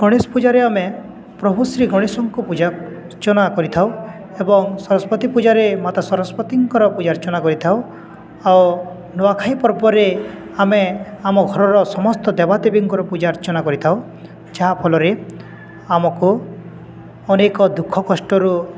ଗଣେଶ ପୂଜାରେ ଆମେ ପ୍ରଭୁ ଶ୍ରୀ ଗଣେଶଙ୍କୁ ପୂଜ ଅର୍ଚ୍ଚନା କରିଥାଉ ଏବଂ ସରସ୍ଵତୀ ପୂଜାରେ ମାତା ସରସ୍ଵତୀଙ୍କର ପୂଜା ଅର୍ଚ୍ଚନା କରିଥାଉ ଆଉ ନୂଆଖାଇ ପର୍ବରେ ଆମେ ଆମ ଘରର ସମସ୍ତ ଦେବାଦେବୀଙ୍କର ପୂଜା ଅର୍ଚ୍ଚନା କରିଥାଉ ଯାହାଫଳରେ ଆମକୁ ଅନେକ ଦୁଃଖ କଷ୍ଟରୁ